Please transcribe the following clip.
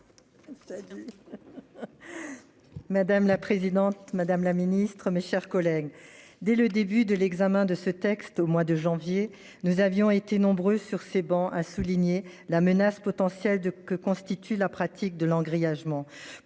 Madame la présidente Madame la Ministre, mes chers collègues, dès le début de l'examen de ce texte au mois de janvier, nous avions été nombreux sur ces bancs, a souligné la menace potentielle de que constitue la pratique de l'an grillage ment